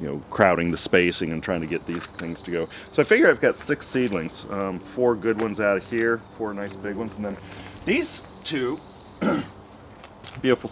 you know crowding the spacing and trying to get these things to go so i figure i've got six seedlings four good ones out here for a nice big ones and then these two beautiful